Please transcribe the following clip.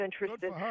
interested